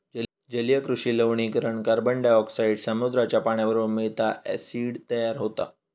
जलीय कृषि लवणीकरण कार्बनडायॉक्साईड समुद्राच्या पाण्याबरोबर मिळता, ॲसिड तयार होता